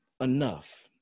enough